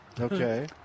Okay